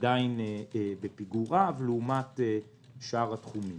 עדיין בפיגור רב לעומת שאר התחומים.